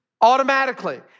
automatically